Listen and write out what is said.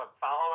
follow